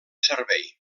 servei